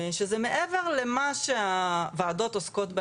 שזה מעבר למה שהוועדות עוסקות.